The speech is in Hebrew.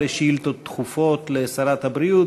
נעבור ישר לשאילתות דחופות לשרת הבריאות.